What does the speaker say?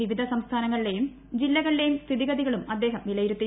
വിവിധ സംസ്ഥാനങ്ങളിലെയും ജില്ലകളിലെയും സ്ഥിതിഗതികളും അദ്ദേഹം വിലയിരുത്തി